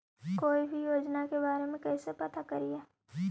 कोई भी योजना के बारे में कैसे पता करिए?